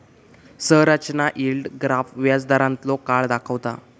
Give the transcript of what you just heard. संरचना yield graph व्याजदारांतलो काळ दाखवता